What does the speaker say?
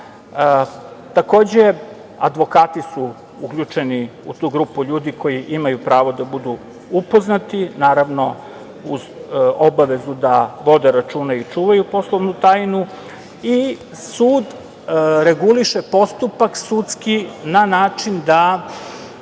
tajne. Takođe, advokati su uključeni u tu grupu ljudi koji imaju pravo da budu upoznati, uz obavezu da vode računa i čuvaju poslovnu tajnu i sud reguliše postupak sudski na način da